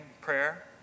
prayer